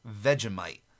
Vegemite